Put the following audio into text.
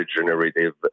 regenerative